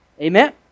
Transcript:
Amen